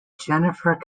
jennifer